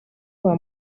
kwa